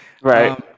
Right